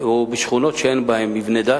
ובשכונות שאין בהן מבני דת,